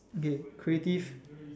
okay creative